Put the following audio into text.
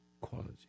quality